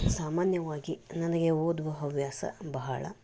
ಸಾಮಾನ್ಯವಾಗಿ ನನಗೆ ಓದುವ ಹವ್ಯಾಸ ಬಹಳ